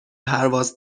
پرواز